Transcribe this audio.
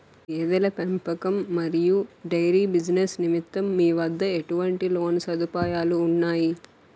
గేదెల పెంపకం మరియు డైరీ బిజినెస్ నిమిత్తం మీ వద్ద ఎటువంటి లోన్ సదుపాయాలు ఉన్నాయి?